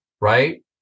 Right